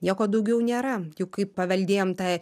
nieko daugiau nėra juk kaip paveldėjom tą